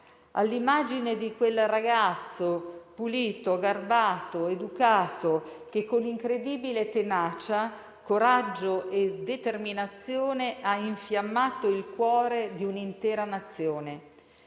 all'immagine di quel ragazzo pulito, garbato, educato che, con incredibile tenacia, coraggio e determinazione, ha infiammato il cuore di un'intera Nazione.